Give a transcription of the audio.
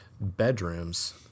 Bedrooms